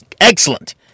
Excellent